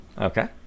Okay